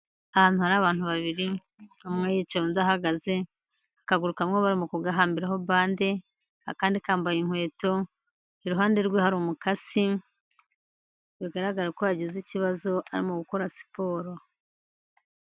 Ahantu hari abantu babiri umwe yicaye undi ahagaze akagaruka kamwe barimo kugahambiraho bande akandi kambaye inkweto, iruhande rwe hari umukasi bigaragara ko yagize ikibazo arimo gukora siporo.